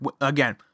Again